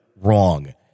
wrong